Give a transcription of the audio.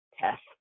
test